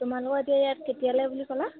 তোমালোকৰ এতিয়া ইয়াত কেতিয়ালৈ বুলি ক'লা